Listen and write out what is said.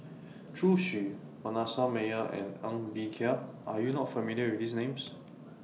Zhu Xu Manasseh Meyer and Ng Bee Kia Are YOU not familiar with These Names